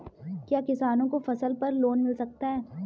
क्या किसानों को फसल पर लोन मिल सकता है?